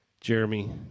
Jeremy